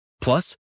Plus